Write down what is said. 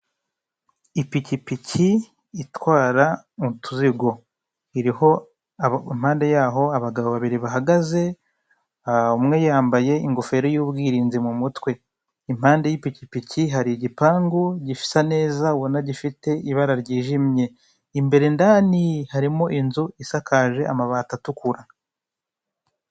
Ipipiki itwara utuzigo, iriho impande y'aho abagabo babiri bahagaze, umwe yambaye ingofero y'ubwirinzi mu mutwe, impande y'ipikipiki hari igipangu gisa neza ubona gifite ibara ryijimye, imbere ndani harimo inzu isakaje amabati atukura.